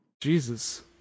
Jesus